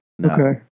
okay